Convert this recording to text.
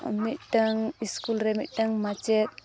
ᱢᱤᱫᱴᱟᱝ ᱥᱠᱩᱞ ᱨᱮ ᱢᱤᱫᱴᱟᱝ ᱢᱟᱪᱮᱫ